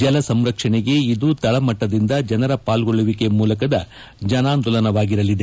ಜಲಸಂರಕ್ಷಣೆಗೆ ಇದು ತಳಮಟ್ಟದಿಂದ ಜನರ ಪಾಲ್ಗೊಳ್ಳುವಿಕೆ ಮೂಲಕದ ಜನಾಂದೋಲನವಾಗಿರಲಿದೆ